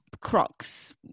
Crocs